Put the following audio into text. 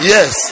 Yes